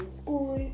school